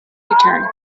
return